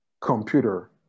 computer